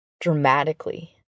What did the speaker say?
dramatically